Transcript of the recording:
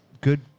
Good